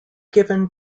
given